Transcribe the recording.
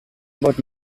about